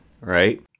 right